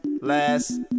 Last